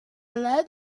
lead